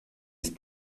ist